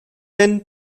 denn